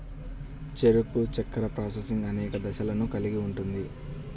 చెరకు చక్కెర ప్రాసెసింగ్ అనేక దశలను కలిగి ఉంటుంది